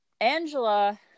Angela